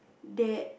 that